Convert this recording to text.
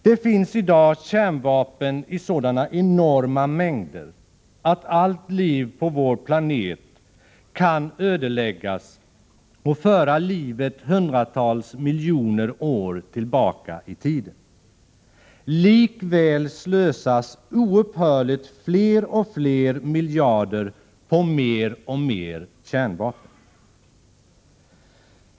Det finns i dag kärnvapen i sådana enorma mängder att allt liv på vår planet kan ödeläggas och föra livet hundratals miljoner år tillbaka i tiden. Likväl slösas oupphörligt fler och fler miljarder på mer och mer kärnvapen.